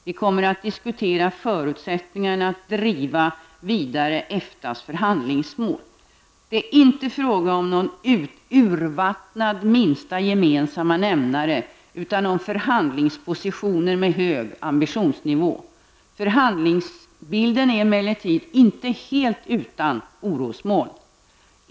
Vi kommer att diskutera förutsättningarna att driva vidare EFTAs förhandlingsmål. Det är inte fråga om någon urvattnad minsta gemensamma nämnare, utan om förhandlingspositioner med hög ambitionsnivå. Förhandlingsbilden är emellertid inte helt utan orosmoln.